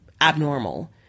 abnormal